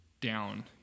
down